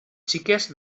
xiques